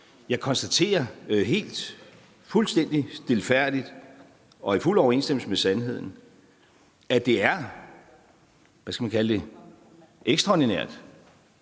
Jeg konstaterer fuldstændig stilfærdigt og i fuld overensstemmelse med sandheden, at det er, hvad